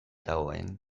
dagoen